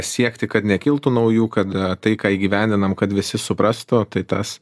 siekti kad nekiltų naujų kad tai ką įgyvendinam kad visi suprastų tai tas